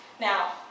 Now